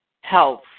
health